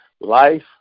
life